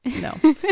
No